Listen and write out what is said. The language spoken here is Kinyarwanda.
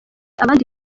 abandi